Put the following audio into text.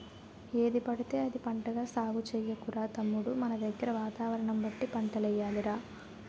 ఏదిపడితే అది పంటగా సాగు చెయ్యకురా తమ్ముడూ మనదగ్గర వాతావరణం బట్టి పంటలెయ్యాలి రా